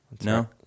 No